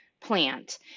plant